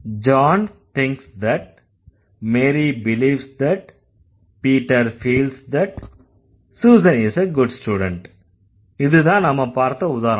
John thinks that Mary beliefs that Peter feels that Susan is a good student இதுதான் நாம பார்த்த உதாரணம்